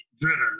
driven